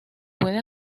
puede